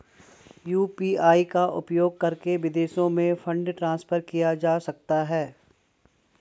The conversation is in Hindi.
यू.पी.आई का उपयोग करके विदेशों में फंड ट्रांसफर किया जा सकता है?